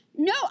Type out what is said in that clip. No